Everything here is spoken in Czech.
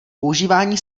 používání